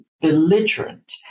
belligerent